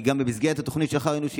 נקטו נגדם הליכים במסגרת התוכנית שהצגת,